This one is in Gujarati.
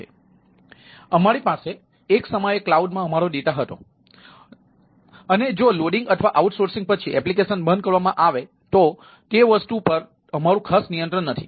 તેથી અમારી પાસે એક સમયે ક્લાઉડમાં અમારો ડેટા હતો અને જો લોડિંગ પછી એપ્લિકેશન બંધ કરવામાં આવે તો તે વસ્તુઓ પર અમારું ખાસ નિયંત્રણ નથી